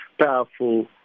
powerful